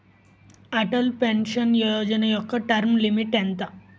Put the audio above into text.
Atal pension Yojana యెక్క term limit ఎంత?